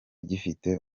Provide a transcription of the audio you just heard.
gifite